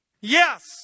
Yes